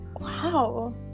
wow